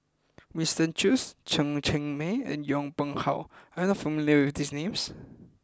Winston Choos Chen Cheng Mei and Yong Pung How are you not familiar with these names